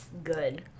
good